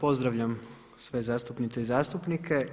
Pozdravljam sve zastupnice i zastupnike.